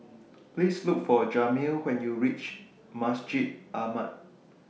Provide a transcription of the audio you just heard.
Please Look For Jamil when YOU REACH Masjid Ahmad